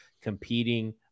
competing